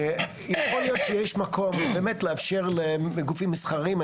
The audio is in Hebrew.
יכול להיות שיש מקום באמת לאפשר לגופים מסחריים,